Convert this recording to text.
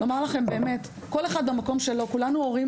כולנו הורים,